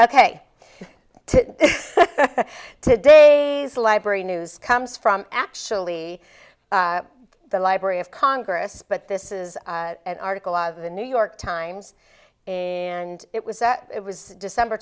to today's library news comes from actually the library of congress but this is article out of the new york times and it was that it was december